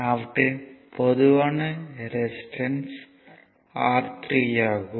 அவற்றின் பொதுவான resistance R3 ஆகும்